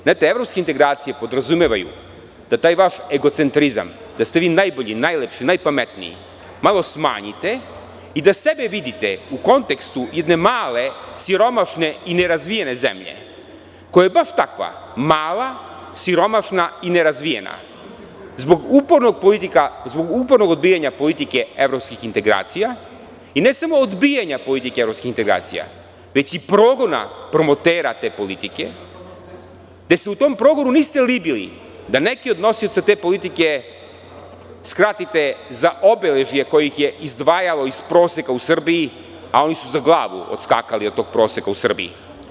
Znate evropske integracije podrazumevaju da taj vaš egocentrizam, da ste vi najbolji, najlepši, najpametniji malo smanjite i da sebe vidite u kontekstu jedne male, siromašne i nerazvijene zemlje koja je baš takva mala, siromašna i nerazvijena zbog upornog odbijanja politike evropskih integracija i ne samo odbijanja politike evropskih integracija, već i progona promotera te politike, gde se u tom progonu niste libili da neke od nosioca te politike skratite za obeležje koje ih je izdvajalo iz proseka u Srbiji, a oni su za glavu odskakali od tog proseka u Srbiji.